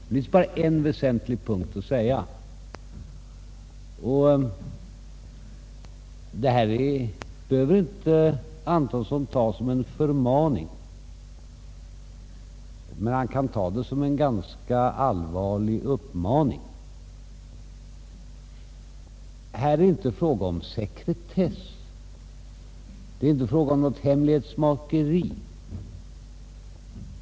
Det finns bara ett väsentligt tillägg att göra, och det behöver inte herr Antonsson ta som en förmaning, men han kan ta det som en ganska allvarlig uppmaning. Här är det inte fråga om sekretess, och det är inte fråga om något hemlighetsmakeri.